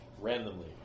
Randomly